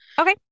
Okay